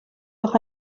doch